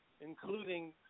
including